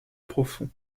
profond